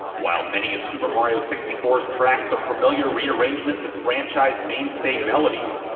while many of super mario sixty four s tracks are familiar rearrangements of franchise mainstay melodies,